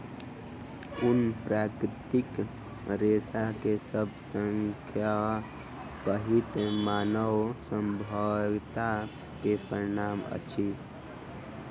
ऊन प्राकृतिक रेशा के सब सॅ पहिल मानव सभ्यता के प्रमाण अछि